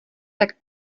tak